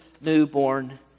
newborn